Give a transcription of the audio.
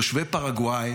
תושבי פרגוואי